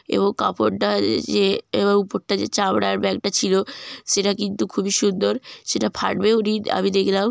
এবং কাপড়টা যে উপরটা যে চামড়ার ব্যাগটা ছিলো সেটা কিন্তু খুবই সুন্দর সেটা ফাটবেও না আমি দেখলাম